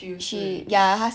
就是